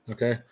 Okay